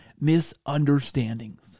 misunderstandings